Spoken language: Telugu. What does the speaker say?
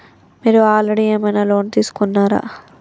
మీరు ఆల్రెడీ ఏమైనా లోన్ తీసుకున్నారా?